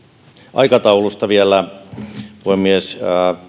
aikataulusta vielä puhemies